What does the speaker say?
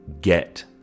get